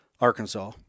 Arkansas